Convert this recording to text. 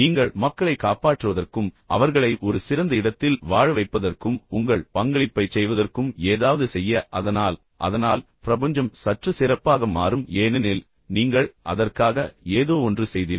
நீங்கள் மக்களைக் காப்பாற்றுவதற்கும் அவர்களை ஒரு சிறந்த இடத்தில் வாழ வைப்பதற்கும் உங்கள் பங்களிப்பைச் செய்வதற்கும் ஏதாவது செய்ய அதனால் அதனால் பிரபஞ்சம் சற்று சிறப்பாக மாறும் ஏனெனில் நீங்கள் அதற்காக ஏதோ ஒன்று செய்தீர்கள்